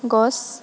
গছ